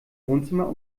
wohnzimmer